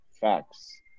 Facts